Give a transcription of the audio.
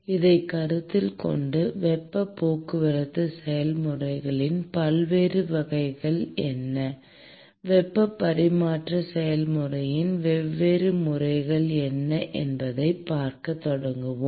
இதைக் கருத்தில் கொண்டு வெப்பப் போக்குவரத்து செயல்முறையின் பல்வேறு வகைகள் என்ன வெப்ப பரிமாற்ற செயல்முறையின் வெவ்வேறு முறைகள் என்ன என்பதைப் பார்க்கத் தொடங்குவோம்